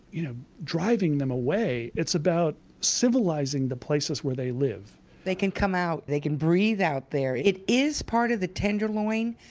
you know, driving them away, it's about civilizing the places where they live they can come out, they can breathe out there. it is part of the tenderloin,